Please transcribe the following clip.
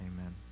Amen